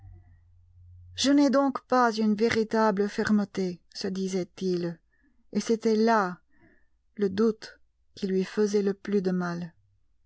je n'ai donc pas une véritable fermeté se disait-il et c'était là le doute qui lui faisait le plus de mal